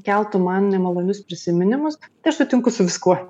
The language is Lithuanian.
keltų man nemalonius prisiminimus aš sutinku su viskuo